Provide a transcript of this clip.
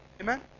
Amen